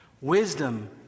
Wisdom